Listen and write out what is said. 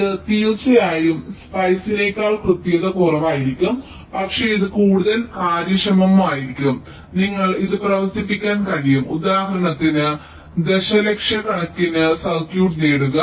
ഇത് തീർച്ചയായും സ്പൈസിനേക്കാൾ കൃത്യത കുറവായിരിക്കും പക്ഷേ ഇത് കൂടുതൽ കാര്യക്ഷമമായിരിക്കും നിങ്ങൾക്ക് ഇത് പ്രവർത്തിപ്പിക്കാൻ കഴിയും ഉദാഹരണത്തിന് ദശലക്ഷക്കണക്കിന് സർക്യൂട്ട് നേടുക